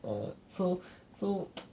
err so so